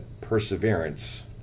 perseverance